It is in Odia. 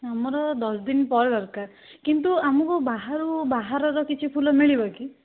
ଆମର ଦଶଦିନ ପରେ ଦରକାର କିନ୍ତୁ ଆମକୁ ବାହାରୁ ବାହାରର କିଛି ଫୁଲ ମିଳିବ କି